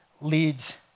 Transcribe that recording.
leads